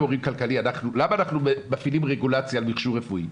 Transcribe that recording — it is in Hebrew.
למה אנחנו מפעילים רגולציה על מכשור רפואי?